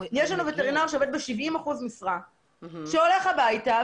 יש לנו וטרינר שעובד ב-70% משרה שהולך הביתה,